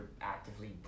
actively